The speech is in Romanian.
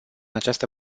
această